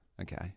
Okay